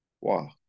Wow